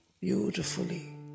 beautifully